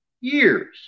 Years